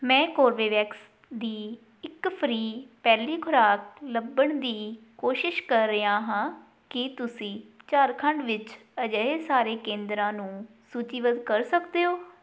ਮੈਂ ਕੋਰਬੇਵੈਕਸ ਦੀ ਇੱਕ ਫ੍ਰੀ ਪਹਿਲੀ ਖੁਰਾਕ ਲੱਭਣ ਦੀ ਕੋਸ਼ਿਸ਼ ਕਰ ਰਿਹਾ ਹਾਂ ਕੀ ਤੁਸੀਂ ਝਾਰਖੰਡ ਵਿੱਚ ਅਜਿਹੇ ਸਾਰੇ ਕੇਂਦਰਾਂ ਨੂੰ ਸੂਚੀਬੱਧ ਕਰ ਸਕਦੇ ਹੋ